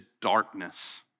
darkness